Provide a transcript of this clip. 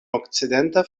okcidenta